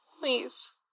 Please